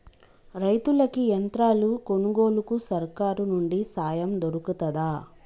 రైతులకి యంత్రాలు కొనుగోలుకు సర్కారు నుండి సాయం దొరుకుతదా?